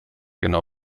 genau